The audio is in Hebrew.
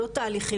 לא תהליכים,